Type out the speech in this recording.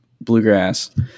Bluegrass